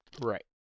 Right